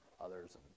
others